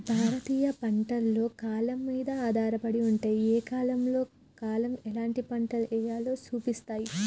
భారతీయ పంటలు కాలం మీద ఆధారపడి ఉంటాయి, ఏ కాలంలో కాలం ఎలాంటి పంట ఎయ్యాలో సూపిస్తాయి